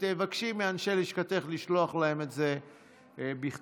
תבקשי מאנשי לשכתך לשלוח להם את זה בכתב.